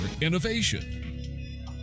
innovation